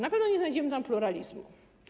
Na pewno nie znajdziemy tam pluralizmu.